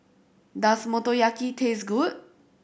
does Motoyaki taste good